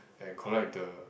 and collect the